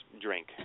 drink